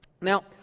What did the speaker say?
Now